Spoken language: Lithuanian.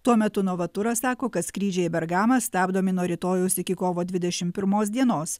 tuo metu novaturas sako kad skrydžiai į bergamą stabdomi nuo rytojaus iki kovo dvidešim pirmos dienos